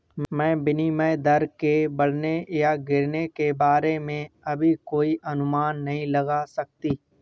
मैं विनिमय दर के बढ़ने या गिरने के बारे में अभी कोई अनुमान नहीं लगा सकती